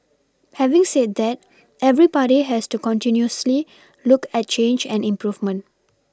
having said that every party has to continuously look at change and improvement